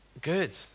good